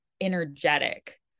energetic